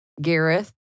Gareth